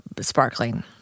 sparkling